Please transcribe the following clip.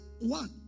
one